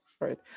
Right